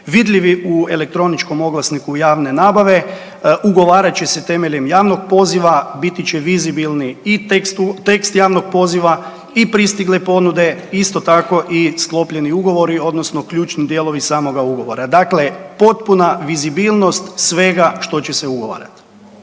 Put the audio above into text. vidljivi u elektroničkom oglasniku javne nabave. Ugovarat će se temeljem javnog poziva, biti će vizibilni i tekst javnog poziva i pristigle ponude, isto tako i sklopljeni ugovori odnosno ključni dijelovi samoga ugovora. Dakle, potpuna vizibilnost svega što će se ugovarati.